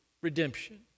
redemption